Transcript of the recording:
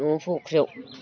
न'वाव फख्रियाव